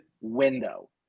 window